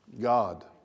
God